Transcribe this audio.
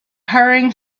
hurrying